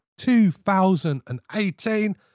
2018